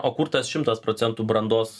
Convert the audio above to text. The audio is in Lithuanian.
o kur tas šimtas procentų brandos